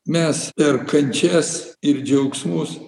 mes per kančias ir džiaugsmus